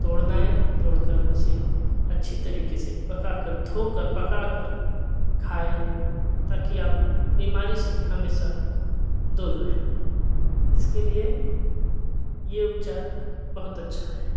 तोड़ लाएँ तोड़कर उसे अच्छी तरीके से पका कर धो कर पका कर खाएँ ताकि आप बीमारी से हमेशा दूर रहें इसके लिए ये उपचार बहुत अच्छा है